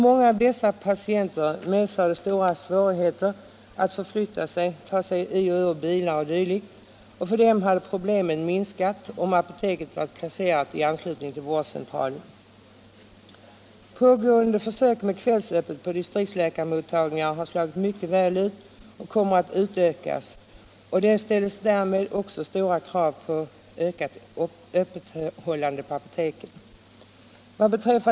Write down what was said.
Många av dessa patienter har stora svårigheter att förflytta sig, att ta sig i och ur bilar och dylikt, och för dem hade problemen minskats om apoteket varit placerat i anslutning till vårdcentralen. Pågående försök med kvällsöppet på distriktsläkarmottagningar har slagit mycket väl ut och kommer att utökas. Det ställs därmed också stora krav på ökat öppethållande på apoteken.